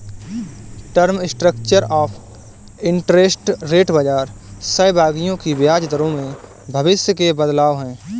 term structure of interest rate बाजार सहभागियों की ब्याज दरों में भविष्य के बदलाव है